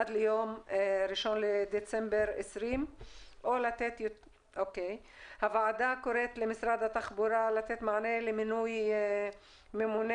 עד ליום 1 בדצמבר 2020. הוועדה קוראת למשרד התחבורה לתת מענה למינוי ממונה